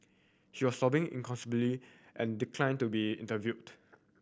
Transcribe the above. she was sobbing inconsolably and declined to be interviewed